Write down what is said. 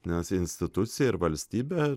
nes institucija ir valstybė